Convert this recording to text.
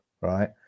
right